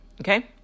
okay